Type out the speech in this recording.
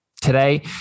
Today